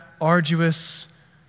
arduous